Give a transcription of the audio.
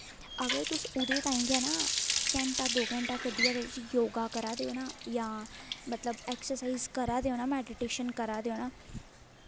अगर तुस ओह्दे ताईं गै ना घैंटा दो घैंटा कड्डियै योग करा दे ओ ना जां ऐक्सर्साईज करै दे ओ मैडिटेशन करा दे ओ ना